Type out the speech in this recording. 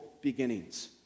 beginnings